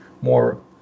more